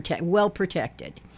well-protected